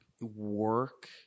work